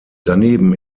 daneben